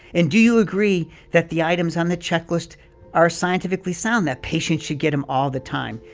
and do you agree that the items on the checklist are scientifically sound, that patient should get them all the time?